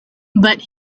but